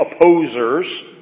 opposers